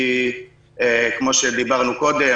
כי כמו שדיברנו קודם,